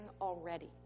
already